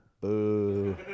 Boo